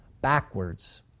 backwards